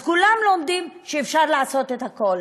אז כולם לומדים שאפשר לעשות את הכול